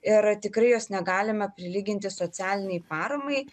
ir tikrai jos negalime prilyginti socialinei paramai